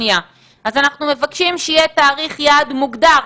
אז אנחנו מבקשים שיהיה תאריך יעד מוגדר,